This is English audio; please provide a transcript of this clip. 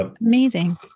Amazing